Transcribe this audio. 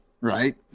right